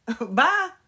Bye